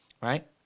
right